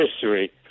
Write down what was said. history